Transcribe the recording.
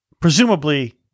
Presumably